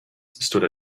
stood